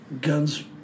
guns